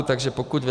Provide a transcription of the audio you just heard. Takže pokud ve